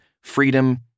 freedom